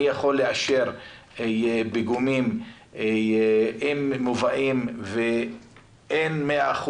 אני יכול לאשר פיגומים אם מובאים ואין 100%,